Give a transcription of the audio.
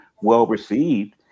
well-received